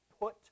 put